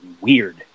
weird